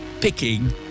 picking